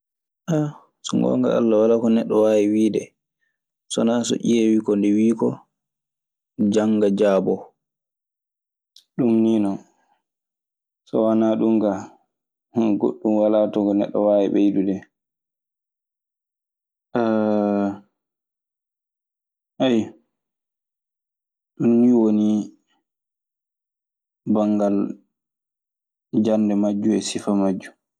so ngoonga Alla walaa ko neɗɗo waawi wiide. So wanaa so ƴeewii ko nde wii koo, jannga, jaaboo. Ɗun nii non. So wanaa ɗun kaa hono goɗɗun walaa ton ko neɗɗo waawi ɓeydude hen. Ayyo, ɗun nii woni banngal jannde majjun e sifa majjun.